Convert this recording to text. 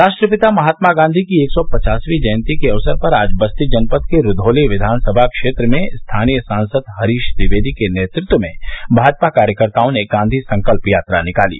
राष्ट्रपिता महात्मा गांधी की एक सौ पचासवीं जयंती के अवसर पर आज बस्ती जनपद के रूधौली विधानसभा क्षेत्र में स्थानीय सांसद हरीश द्विपेदी के नेतृत्व में भाजपा कार्यकर्ताओं ने गांधी संकल्प यात्रा निकाली